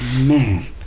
man